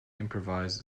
improvise